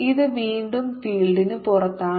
ഇത് വീണ്ടും ഫീൽഡിന് പുറത്താണ്